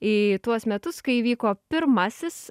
į tuos metus kai vyko pirmasis